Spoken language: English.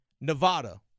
Nevada